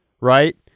right